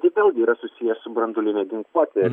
tai vėlgi yra susiję su branduoline ginkluote